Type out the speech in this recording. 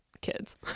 kids